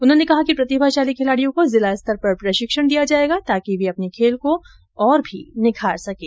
उन्होंने कहा कि प्रतिभाशाली खिलाड़ियों को जिला स्तर पर प्रशिक्षण दिया जाएगा ताकि वे अपने खेल को और भी निखार सकें